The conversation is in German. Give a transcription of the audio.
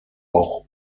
auch